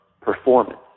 performance